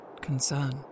concern